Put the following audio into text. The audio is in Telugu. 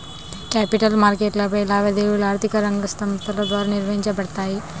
క్యాపిటల్ మార్కెట్లపై లావాదేవీలు ఆర్థిక రంగ సంస్థల ద్వారా నిర్వహించబడతాయి